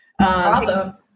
awesome